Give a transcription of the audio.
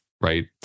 right